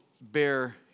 bear